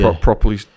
properly